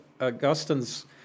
Augustine's